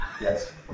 Yes